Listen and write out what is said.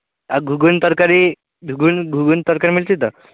ଆଉ ଘୁଗୁନି ତରକାରୀ ଘୁଗୁନ୍ ଘୁଗୁନ୍ ତରକାରୀ ମିଳୁଛି ତ